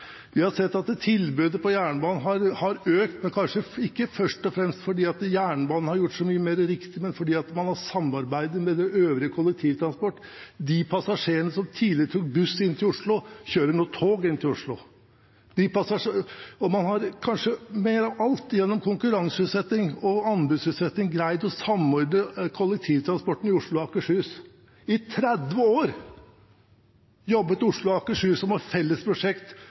Vi har sett at tilbudet på jernbanen har økt, ikke først og fremst fordi jernbanen har gjort så mye mer riktig, men fordi man har samarbeidet med den øvrige kollektivtransporten. De passasjerene som tidligere tok buss inn til Oslo, kjører nå tog inn til Oslo. Man har kanskje mest av alt gjennom konkurranseutsetting og anbudsutsetting greid å samordne kollektivtransporten i Oslo og Akershus. I 30 år jobbet Oslo og Akershus om et felles prosjekt